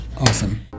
Awesome